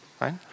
right